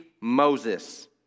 Moses